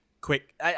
quick